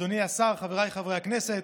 אדוני השר, חבריי חברי הכנסת,